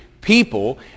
people